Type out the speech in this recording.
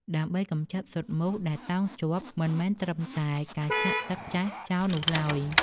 ដើម្បីកម្ចាត់ស៊ុតមូសដែលតោងជាប់ មិនមែនត្រឹមតែការចាក់ទឹកចាស់ចោលនោះឡើយ។